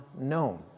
known